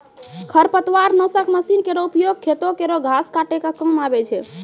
खरपतवार नासक मसीन केरो उपयोग खेतो केरो घास काटै क काम आवै छै